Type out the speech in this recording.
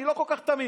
אני לא כל כך תמים.